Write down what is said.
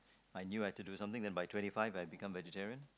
I knew I had to do something then by twenty five I became vegetarian